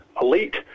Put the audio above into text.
elite